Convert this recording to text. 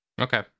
Okay